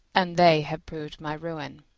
and they have proved my ruin.